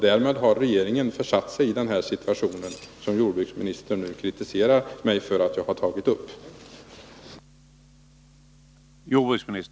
Därmed har regeringen försatt sig i den situation som jordbruksministern nu kritiserar mig för att jag har tagit